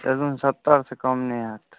कहि देलहुँ सत्तरसंँ कम नहि होयत